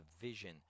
vision